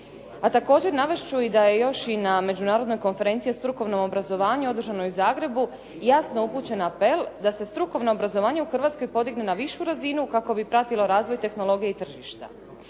A također navest ću da je još i na Međunarodnoj konferenciji o strukovnom obrazovanju održanoj u Zagrebu jasno upućen apel da se strukovno obrazovanje u Hrvatskoj podigne na višu razinu kako bi pratilo razvoj tehnologije i tržišta.